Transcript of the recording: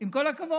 עם כל הכבוד.